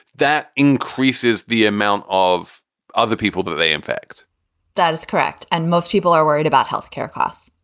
that increases the amount of other people that they in fact that's correct. and most people are worried about health care costs